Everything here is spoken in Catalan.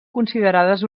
considerades